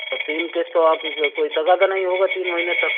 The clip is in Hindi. और तीन किस्त तो आप कोई तकादा नही होगा तीन महीने तक